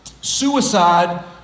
suicide